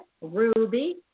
ruby